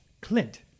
Clint